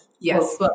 Yes